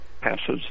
passes